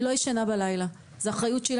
אני לא ישנה בלילה, זאת אחריות שלי.